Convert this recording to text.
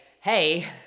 hey